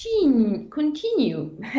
Continue